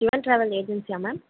travel ஏஜென்ஸியா ma'am